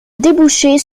débouchait